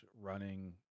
running